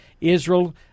Israel